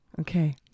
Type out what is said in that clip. Okay